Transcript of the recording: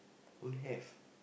don't have